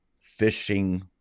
fishing